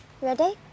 Ready